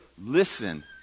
Listen